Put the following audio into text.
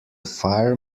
fire